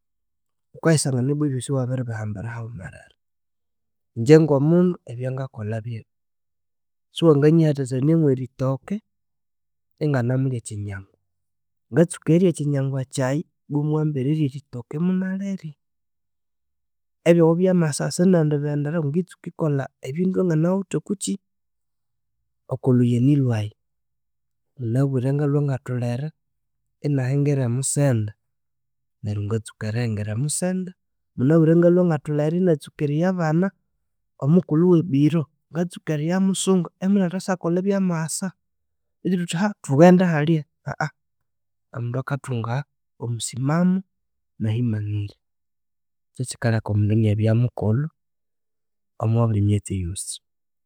Wukayisangana bwebyosi iwabiribihambira hawumerere ingye ngomundu ebyangakolha byebyo siwanganyihathathania mwerithoke inganemulya ekyinyangwa, ngatsuka erirya ekyinyangwa kyayi bwa muwambererya erithoke imunalirya ebyawubyamasasa sinendi bighenderako ngitsuka kola ebyangalwe inganawithe okukyi okolhuyani lhwaye munabire ngalhwe ingatholere inahingira omusende neryo ngatsuka erihingira emusende munabire ngalhwe ngatholere eriyabana omukulhu owebiro ngatsuka eriya musunga imunasyathakola ebyamasa betu thuthi thughenda halya omundu akathunga omusimamu nahimanirye kyakyikaleka omundu inabya mukulhu omobulhimyatsi yosi